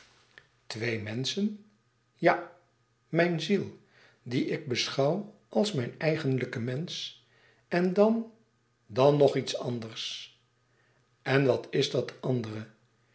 twee menschen ja mijn ziel die ik beschouw als mijn eigenlijke mensch en dan dan nog iets anders en wat is dat andere